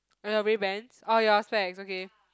on your ray-bans orh your specs okay